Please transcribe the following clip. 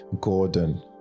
Gordon